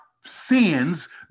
sins